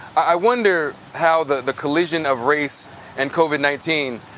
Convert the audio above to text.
i wonder how the the collision of race and covid nineteen,